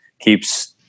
keeps